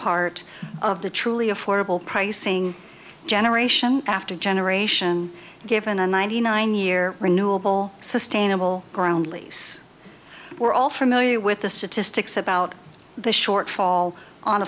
part of the truly affordable pricing generation after generation given a ninety nine year renewable sustainable ground lease we're all familiar with the statistics about the short fall on